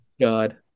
God